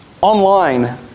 online